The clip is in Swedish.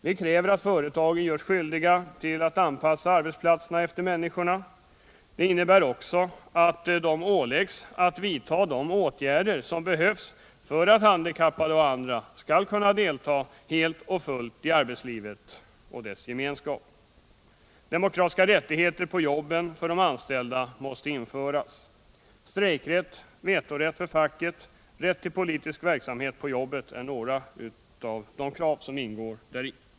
Vi kräver att företagen görs skyldiga att anpassa arbetsplatserna efter människorna. Det innebär också att de åläggs att vidta de åtgärder som behövs för att handikappade skall kunna delta helt och fullt i arbetslivet och dess gemenskap. Demokratiska rättigheter på jobbet för de anställda måste införas. Strejkrätt, vetorätt för facket, rätt till politisk verksamhet på jobbet är några av kraven.